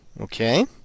okay